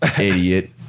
idiot